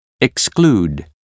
exclude